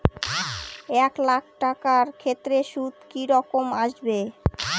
এক লাখ টাকার ক্ষেত্রে সুদ কি রকম আসবে?